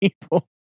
people